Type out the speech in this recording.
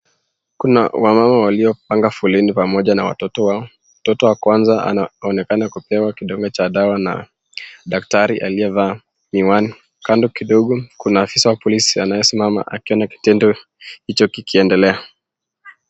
Kuna wamama waliopanga foleni pamoja na watoto wao. Mtoto wa kwanza anaonekana kupewa kidonge cha dawa na daktari aliyevaa miwani. Kando kidogo kuna afisa wa polisi aliyesimama akiona kitendo hicho kikiendelea.